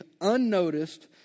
unnoticed